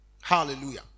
Hallelujah